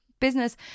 business